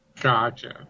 gotcha